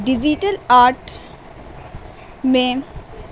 digital art میں